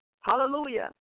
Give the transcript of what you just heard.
Hallelujah